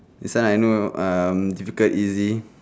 this one I know um difficult easy